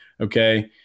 Okay